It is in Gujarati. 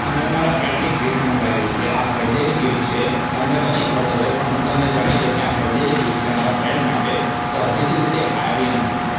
મેં મારા ફ્રેન્ડની ગિફ્ટ મંગાવી છે આ બર્થડેની ગિફ્ટ છે તમને તો નહિ ખબર હોય એટલે તમને જણાવી દઉં આ બર્થડેની ગિફ્ટ છે મારા ફ્રેન્ડ માટે તો હજી સુધી તે આવી નથી